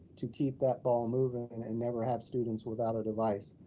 to keep that ball moving and and never have students without a device.